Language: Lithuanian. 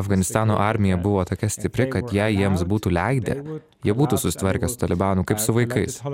afganistano armija buvo tokia stipri kad jei jiems būtų leidę jie būtų susitvarkę su talibanu kaip su vaikais